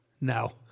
no